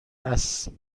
اسب